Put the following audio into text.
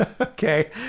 okay